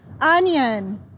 Onion